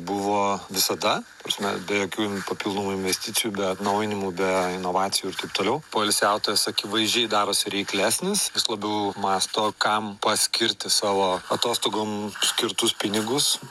buvo visada ta prasme be jokių papildomų investicijų be atnaujinimų be inovacijų ir taip toliau poilsiautojas akivaizdžiai darosi reiklesnis vis labiau mąsto kam paskirti savo atostogom skirtus pinigus